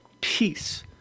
peace